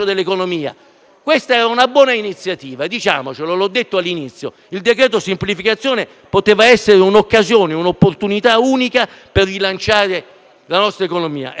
questa era una buona iniziativa. Come ho detto all'inizio, il decreto semplificazioni poteva essere un'occasione, un'opportunità unica per rilanciare la nostra economia.